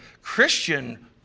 christian